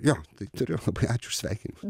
jo tai turiu labai ačiū už sveikinimus